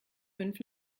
fünf